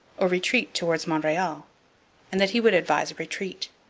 or retreat towards montreal and that he would advise a retreat.